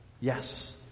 Yes